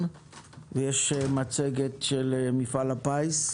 ויש מצגת של מפעל הפיס.